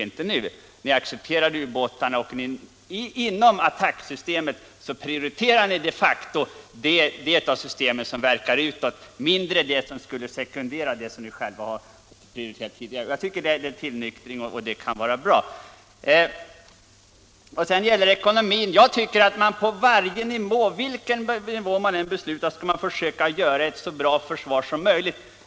Ni accepterade ubåtarna och inom attacksystemet prioriterar ni de facto de delar av systemet som verkar utåt framför dem som skulle passa er egen strategi. Vad sedan gäller ekonomin tycker jag att man på varje nivå skall försöka åstadkomma ett så bra försvar som möjligt.